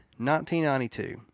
1992